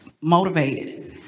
motivated